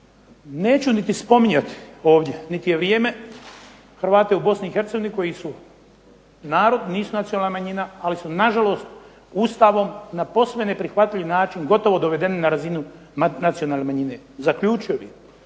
Neću niti spominjati ovdje, niti je vrijeme, Hrvate u Bosni i Hercegovini koji su narod, nisu nacionalna manjina ali su na žalost Ustavom na posve neprihvatljiv način gotovo dovedeni na razinu nacionalne manjine. Zaključio